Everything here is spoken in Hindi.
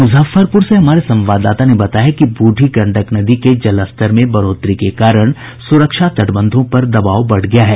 मुजफ्फरपुर से हमारे संवाददाता ने बताया है कि बूढ़ी गंडक नदी के जलस्तर में बढ़ोतरी के कारण सुरक्षा तटबंधों पर दबाव बढ़ गया है